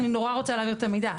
אני נורא רוצה להעביר את המידע.